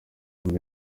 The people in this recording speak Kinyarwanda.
umva